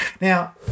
Now